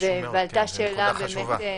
עלתה השאלה בזה.